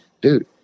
dude